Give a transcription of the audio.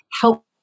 help